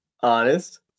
honest